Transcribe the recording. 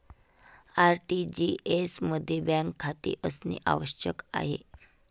RTGS मध्ये bank खाते असणे आवश्यक आहे